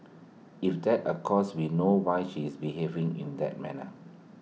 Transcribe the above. if that occurs we know why she is behaving in that manner